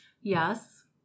Yes